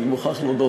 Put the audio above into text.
אני מוכרח להודות,